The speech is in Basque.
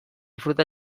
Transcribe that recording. fruta